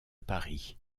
paris